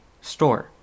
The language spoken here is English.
store